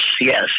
yes